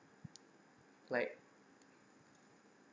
like